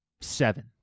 seven